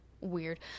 weird